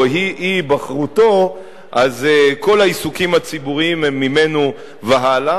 אי-היבחרותו אז כל העיסוקים הציבוריים הם ממנו והלאה,